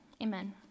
Amen